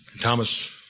Thomas